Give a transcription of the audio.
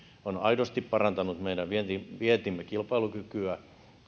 on aidosti parantanut meidän vientimme kilpailukykyä